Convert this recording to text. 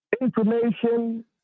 information